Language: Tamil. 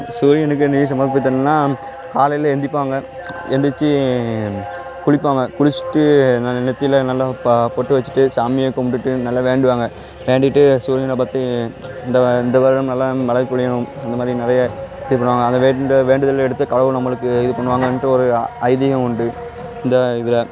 சூரியனுக்கு நீர் சமர்ப்பித்தல்ன்னா காலையில் எந்திரிப்பாங்க எந்திரிச்சு குளிப்பாங்க குளிச்சிவிட்டு நல்லா நெத்தியில நல்லா ப பொட்டு வச்சிவிட்டு சாமியை கும்பிடுட்டு நல்லா வேண்டுவாங்க வேண்டிகிட்டு சூரியனை பார்த்து இந்த இந்த வருடம் நல்லா மழை பொழியணும் இந்தமாதிரி நிறையா இது பண்ணுவாங்க அந்த வேண்டு வேண்டுதல் எடுத்து கடவுள் நம்மளுக்கு இது பண்ணுவாங்கண்ட்டு ஒரு ஐதீகம் உண்டு இந்த இதில்